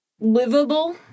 livable